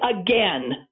again